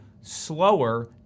slower